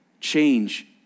change